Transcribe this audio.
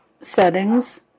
Settings